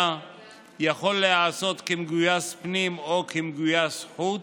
יכול להיעשות כמגויס פנים או כמגויס חוץ,